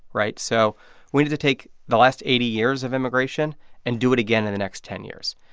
right? so we need to take the last eighty years of immigration and do it again in the next ten years.